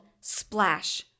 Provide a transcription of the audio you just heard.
Splash